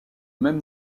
même